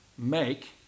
make